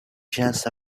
just